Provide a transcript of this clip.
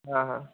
হ্যাঁ হ্যাঁ